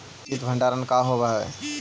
उचित भंडारण का होव हइ?